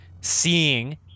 seeing